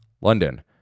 London